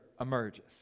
emerges